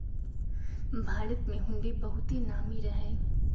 भारत में हुंडी बहुते नामी रहै